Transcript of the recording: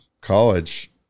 college